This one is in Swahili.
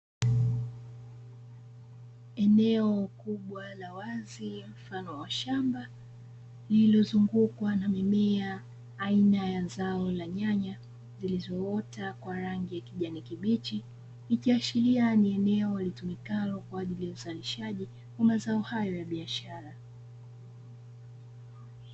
Eneo kubwa la wazi mfano wa shamba, lililozungukwa na mimea aina ya zao la nyanya, zilizoota kwa rangi ya kijani kibichi, ikiashiria ni eneo litumikalo kwa ajili ya uzalishaji wa mazao hayo ya biashara.